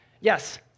Yes